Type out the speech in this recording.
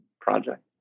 project